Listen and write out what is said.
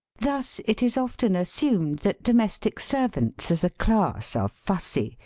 thus it is often assumed that domestic servants as a class are fussy,